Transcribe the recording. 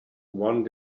one